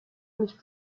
nicht